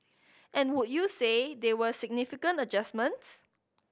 and would you say they were significant adjustments